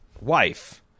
wife